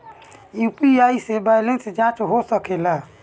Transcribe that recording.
UPI से balance जाँच हो सके ला?